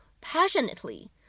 passionately